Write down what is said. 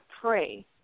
pray